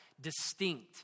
distinct